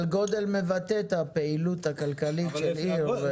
אבל גודל מבטא את הפעילות הכלכלית של עיר.